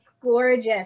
gorgeous